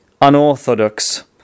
unorthodox